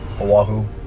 Oahu